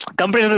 company